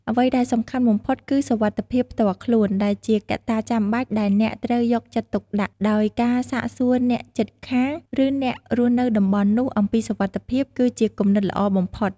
អ្វីដែលសំខាន់បំផុត គឺសុវត្ថិភាពផ្ទាល់ខ្លួន ដែលជាកត្តាចាំបាច់ដែលអ្នកត្រូវយកចិត្តទុកដាក់ ដោយការសាកសួរអ្នកជិតខាង ឬអ្នករស់នៅតំបន់នោះអំពីសុវត្ថិភាព គឺជាគំនិតល្អបំផុត។